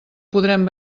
podrem